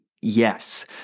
yes